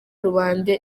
rubanda